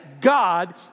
God